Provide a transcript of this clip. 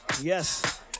Yes